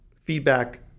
feedback